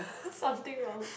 something wrong